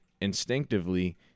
instinctively